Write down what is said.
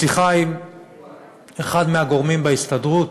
בשיחה עם אחד הגורמים בהסתדרות